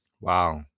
Wow